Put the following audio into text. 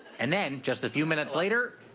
and then, just a few minutes later.